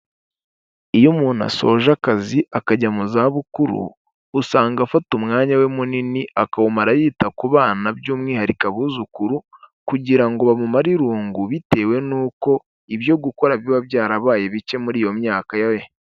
Iyo umuntu asoje akazi akajya mu za bukuru usanga afata umwanya we munini akawumara yita ku bana by'umwihariko abuzukuru kugira ngo bamumare irungu bitewe n'uko ibyo gukora biba byarabaye bike muri iyo myaka.